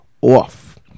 off